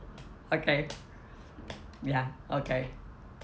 okay ya okay